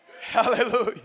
Hallelujah